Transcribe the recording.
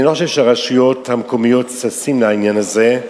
אני לא חושב שהרשויות המקומיות ששות לעניין הזה,